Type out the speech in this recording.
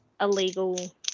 illegal